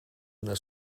una